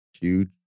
huge